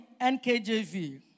NKJV